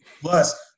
Plus